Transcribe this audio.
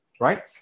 right